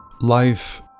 Life